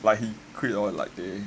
like he quit or like they